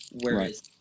whereas